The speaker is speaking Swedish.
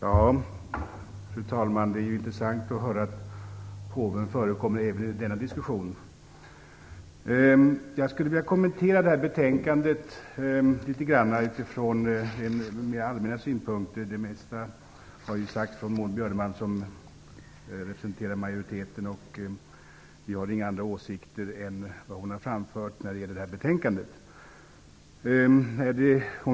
Fru talman! Det är intressant att höra att påven förekommer även i denna diskussion. Jag skulle vilja kommentera betänkandet utifrån mera allmänna synpunkter. Maud Björnemalm, som representerar majoriteten, har sagt det mesta. Vi har inga andra åsikter än vad hon har framfört i fråga om detta betänkande.